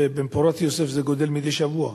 ובן פורת יוסף, זה גדל מדי שבוע,